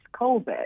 COVID